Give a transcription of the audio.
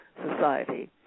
society